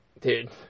Dude